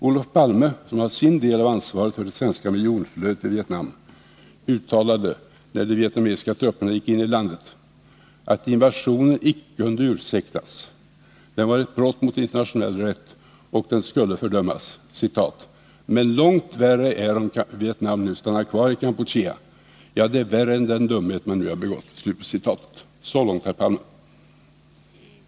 Olof Palme, som har sin del av ansvaret för det svenska miljonflödet till Vietnam, uttalade, när de vietnamesiska trupperna gick in i Kampuchea, att invasionen icke kunde ursäktas; den var ett brott mot internationell rätt, och den skulle fördömas, ”men långt värre är om Vietnam nu stannar kvar i Kampuchea, ja, det är värre än den dumhet man nu begått”. — Så långt herr Palme.